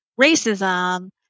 racism